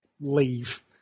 leave